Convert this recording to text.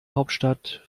hauptstadt